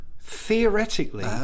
theoretically